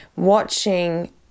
watching